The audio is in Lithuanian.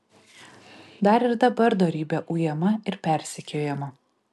dar ir dabar dorybė ujama ir persekiojama